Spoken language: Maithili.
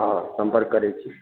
हँ सम्पर्क करै छी